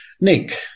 Nick